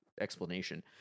explanation